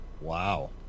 Wow